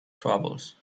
travels